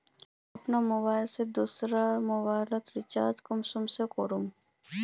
अपना मोबाईल से दुसरा मोबाईल रिचार्ज कुंसम करे करूम?